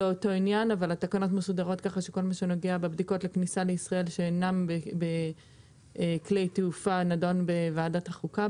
כל עניין הבדיקות בכניסה לישראל שאינן בכלי תעופה נדון בוועדת החוקה,